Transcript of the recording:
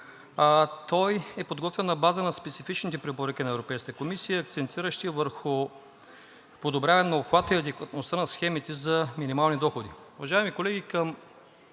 Той е подготвен на база на специфичните препоръки на Европейската комисия, акцентиращи върху подобряване обхвата и адекватността на системите за минимални доходи.